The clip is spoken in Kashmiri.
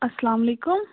اَسَلام علیکُم